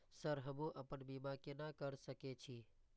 Sir हमू अपना बीमा केना कर सके छी?